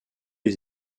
les